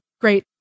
great